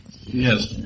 yes